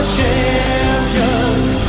champions